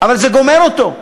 אבל זה גומר אותו,